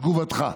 תגובתך.